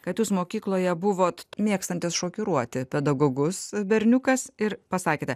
kad jūs mokykloje buvot mėgstantis šokiruoti pedagogus berniukas ir pasakėte